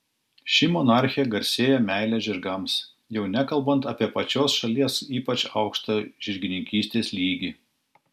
ši monarchė garsėja meile žirgams jau nekalbant apie pačios šalies ypač aukštą žirgininkystės lygį